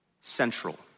central